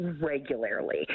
regularly